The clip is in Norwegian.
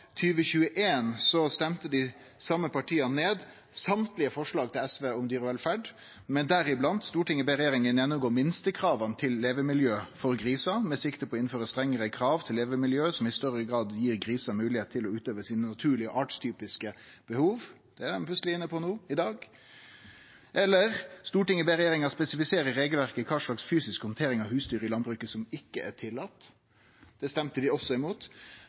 dei same partia ned alle forslaga frå SV om dyrevelferd, og deriblant: «Stortinget ber regjeringen gjennomgå minstekravene til levemiljøet for griser, med sikte på å innføre strengere krav til levemiljøet som i større grad gir grisene mulighet til å utøve sine naturlige og artstypiske behov.» Det er dei plutseleg inne på i dag. Eller: «Stortinget ber regjeringen spesifisere i regelverket hva slags fysisk håndtering av husdyr i landbruket som ikke er tillatt.» Det stemte dei også imot.